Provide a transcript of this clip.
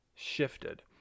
shifted